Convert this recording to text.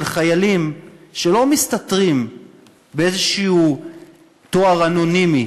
חיילים שלא מסתתרים באיזשהו תואר אנונימי,